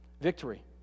victory